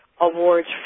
awards